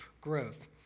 growth